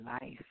life